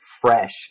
fresh